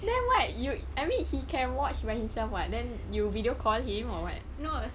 then why you I mean he can watch by himself [what] then you video call him or what